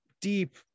deep